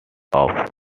playoffs